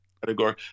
Category